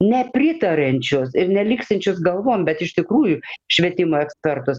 nepritariančius ir nelinksinčius galvom bet iš tikrųjų švietimo ekspertus